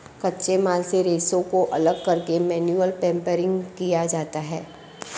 कच्चे माल से रेशों को अलग करके मैनुअल पेपरमेकिंग किया जाता है